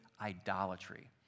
idolatry